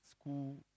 school